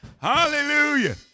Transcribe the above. hallelujah